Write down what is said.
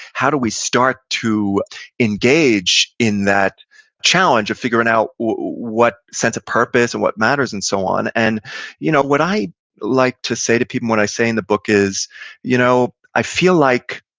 how do we start to engage in that challenge of figuring out what what sense of purpose and what matters and so on? and you know what i like to say to people and what i say in the book is you know i feel like